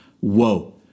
Whoa